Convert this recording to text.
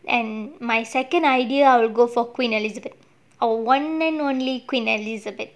and my second idea I'll go for queen elizabeth our one and only queen elizabeth